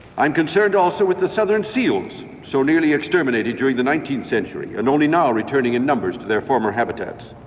i am concerned also with the southern seals, so nearly exterminated during the nineteenth century and only now returning in numbers to their former habitats.